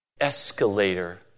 escalator